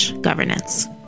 governance